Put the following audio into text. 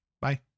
Bye